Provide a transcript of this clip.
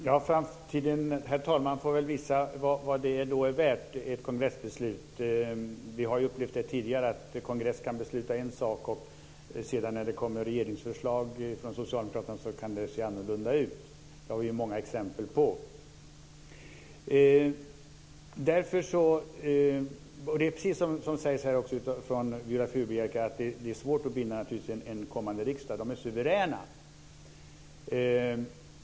Herr talman! Framtiden får utvisa vad ett kongressbeslut är värt. Vi har upplevt tidigare att en kongress kan besluta en sak, och när det sedan kommer regeringsförslag från socialdemokraterna kan det se annorlunda ut. Det har vi många exempel på. Det är precis som Viola Furubjelke säger. Det är svårt att binda en kommande riksdag. Den är suverän.